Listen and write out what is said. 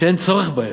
שאין צורך בהם.